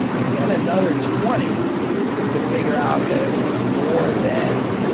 but then another twenty to figure out that it was more than